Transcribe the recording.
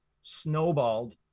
snowballed